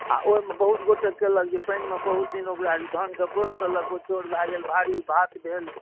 आओर ओहिमे बहुत गोटे केलक कि जे पानिमे बहुत दिन ओकरा धानके बोरि देलक ओ चाउर भऽ गेल भारी भात भेल